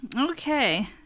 okay